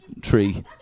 tree